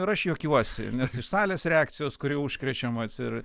ir aš juokiuosi nes iš salės reakcijos kuri užkrečiamas ir